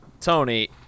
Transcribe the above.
Tony